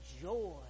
joy